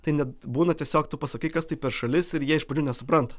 tai net būna tiesiog tu pasakai kas tai per šalis ir jie iš pradžių nesupranta